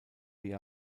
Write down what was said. the